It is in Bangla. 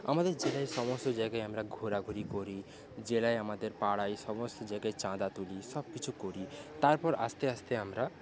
আমাদের জেলায় সমস্ত জায়গায় আমরা ঘোরাঘুরি করি জেলায় আমাদের পাড়ায় সমস্ত জায়গায় চাঁদা তুলি সবকিছু করি তারপর আস্তে আস্তে আমরা